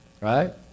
Right